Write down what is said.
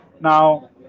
Now